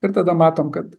ir tada matom kad